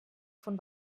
von